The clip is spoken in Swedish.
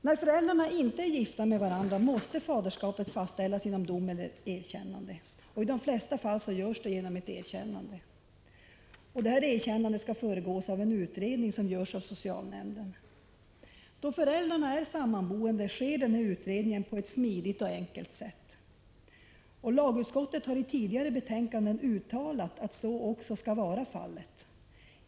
När föräldrarna inte är gifta med varandra måste faderskapet fastställas genom erkännande eller dom. I de flesta fall görs det genom erkännande. Detta skall föregås av en utredning som görs av socialnämnden. Då föräldrarna är sammanboende sker den här utredningen på ett smidigt och enkelt sätt. Lagutskottet har i tidigare betänkanden uttalat att så också skall vara fallet.